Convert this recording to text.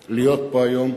כדי להיות פה היום.